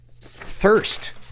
thirst